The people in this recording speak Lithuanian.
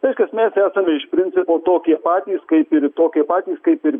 reiškias mes esame iš principo tokie patys kaip ir tokie patys kaip ir